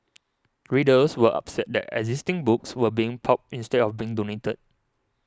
readers were upset that existing books were being pulped instead of being donated